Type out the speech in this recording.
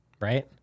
Right